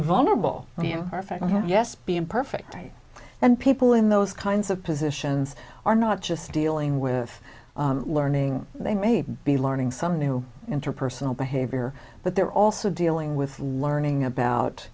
vulnerable are you perfectly yes being perfect right and people in those kinds of positions are not just dealing with learning they may be learning some new interpersonal behavior but they're also dealing with learning about